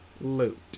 Loot